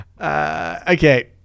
Okay